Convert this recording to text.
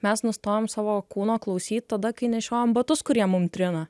mes nustojam savo kūno klausyt tada kai nešiojam batus kurie mum trina